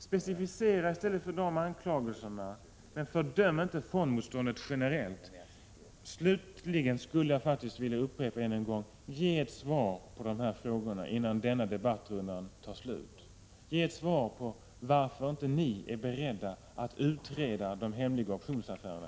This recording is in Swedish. Precisera gärna dessa anklagelser, men fördöm inte fondmotståndarna generellt! Slutligen skulle jag vilja upprepa: Ge ett svar på dessa frågor, innan denna debattrunda tar slut! Ge ett svar på frågan varför ni inte är beredda att utreda t.ex. de hemliga optionsaffärerna.